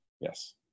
Yes